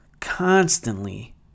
constantly